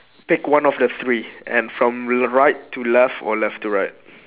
pick one of the three and from the right to left or left to right